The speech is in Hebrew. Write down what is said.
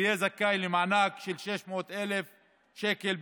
יהיה זכאי למענק של 600,000 שקלים,